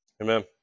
Amen